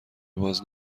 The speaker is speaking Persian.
باز